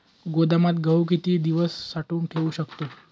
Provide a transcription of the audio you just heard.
गोदामात गहू किती दिवस साठवून ठेवू शकतो?